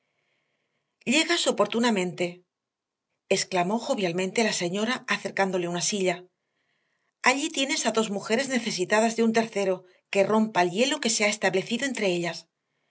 gana llegas oportunamente exclamó jovialmente la señora acercándole una silla allí tienes a dos mujeres necesitadas de un tercero que rompa el hielo que se ha establecido entre ellas